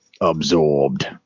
Absorbed